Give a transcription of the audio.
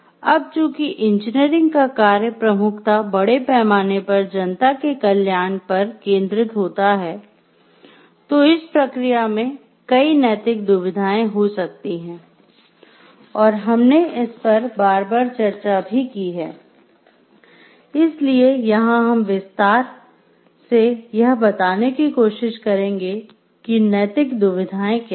अब चूंकि इंजीनियरिंग का कार्य प्रमुखतः बड़े पैमाने पर जनता के कल्याण पर केंद्रित होता है तो इस प्रक्रिया में कई नैतिक दुविधाएं हो सकती हैं और हमने इस पर बार बार चर्चा भी की है इसलिए यहाँ हम विस्तार यह बताने की कोशिश करेंगे कि नैतिक दुविधाएँ क्या हैं